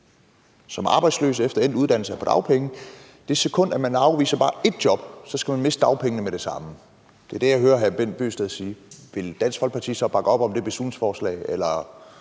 som arbejdsløs efter endt uddannelse på dagpenge, afviser bare ét job, så skal man miste dagpengene med det samme – det er det, jeg hører hr. Bent Bøgsted sige – ville Dansk Folkeparti så bakke op om det beslutningsforslag, eller